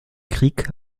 krieg